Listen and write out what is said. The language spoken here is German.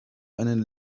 einen